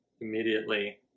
immediately